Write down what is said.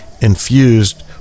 infused